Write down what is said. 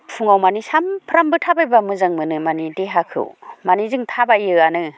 फुङाव माने सामफ्रामबो थाबायब्ला मोजां मोनो मानि देहाखौ मानि जों थाबायोआनो